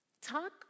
Talk